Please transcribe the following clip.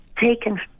taken